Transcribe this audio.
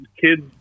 kids